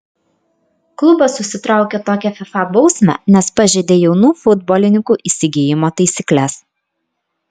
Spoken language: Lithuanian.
klubas užsitraukė tokią fifa bausmę nes pažeidė jaunų futbolininkų įsigijimo taisykles